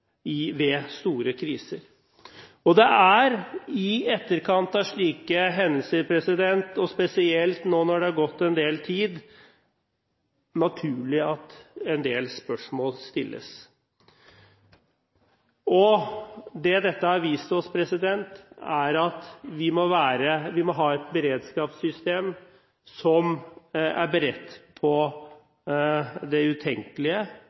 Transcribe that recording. nok ved store kriser. Det er i etterkant av slike hendelser, og spesielt nå når det har gått en del tid, naturlig at en del spørsmål stilles. Det dette har vist oss, er at vi må ha et beredskapssystem som er beredt på det utenkelige,